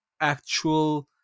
actual